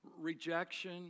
rejection